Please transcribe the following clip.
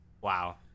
wow